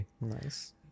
Nice